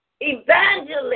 Evangelist